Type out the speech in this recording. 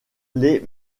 les